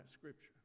scripture